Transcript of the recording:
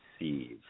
receive